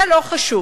זה לא חשוב.